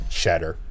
cheddar